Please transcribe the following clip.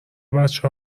بچه